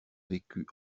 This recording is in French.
vécut